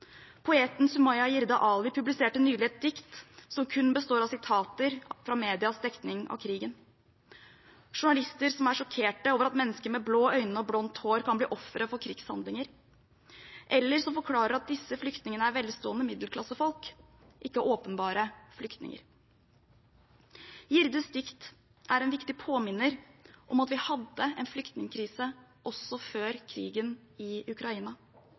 Poeten Sumaya Jirde Ali publiserte nylig et dikt som kun består av sitater fra medias dekning av krigen – journalister som er sjokkert over at mennesker med blå øyne og blondt hår kan bli ofre for krigshandlinger, eller som forklarer at disse flyktningene er velstående middelklassefolk, ikke åpenbare flyktninger. Jirdes dikt er en viktig påminner om at vi hadde en flyktningkrise også før krigen i Ukraina,